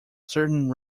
certain